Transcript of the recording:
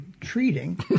treating